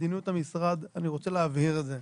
מדיניות המשרד, אני רוצה להבהיר את זה.